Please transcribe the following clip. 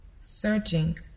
Searching